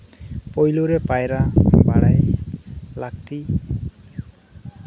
ᱯᱳᱭᱞᱳ ᱨᱮ ᱯᱟᱭᱨᱟᱜ ᱵᱟᱲᱟᱭ ᱞᱟᱹᱠᱛᱤ